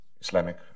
Islamic